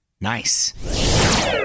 Nice